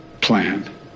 plan